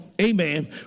Amen